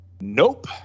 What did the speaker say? Nope